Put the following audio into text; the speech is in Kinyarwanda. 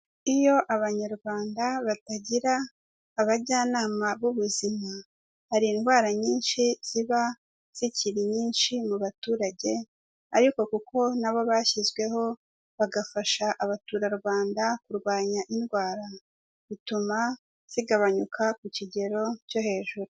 Iyo Abanyarwanda batagira abajyanama b'ubuzima, hari indwara nyinshi ziba zikiri nyinshi mu baturage ariko kuko na bo bashyizweho bagafasha abaturarwanda kurwanya indwara, bituma zigabanyuka ku kigero cyo hejuru.